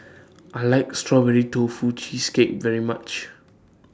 I like Strawberry Tofu Cheesecake very much